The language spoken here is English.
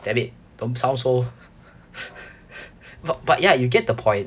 damn it don't sound so but ya you get the point